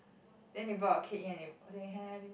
then they brought a cake in and they happy